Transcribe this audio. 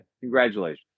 Congratulations